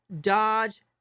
Dodge